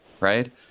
right